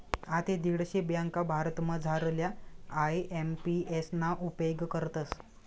आते दीडशे ब्यांका भारतमझारल्या आय.एम.पी.एस ना उपेग करतस